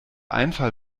einfall